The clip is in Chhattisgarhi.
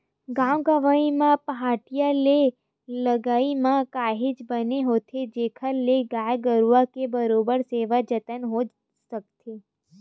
गाँव गंवई म पहाटिया के लगई ह काहेच बने होथे जेखर ले गाय गरुवा के बरोबर सेवा जतन हो सकथे